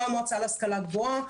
לא המועצה להשכלה גבוהה.